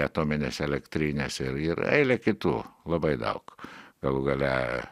atominės elektrinės ir ir eilė kitų labai daug galų gale